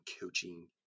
coaching